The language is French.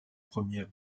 première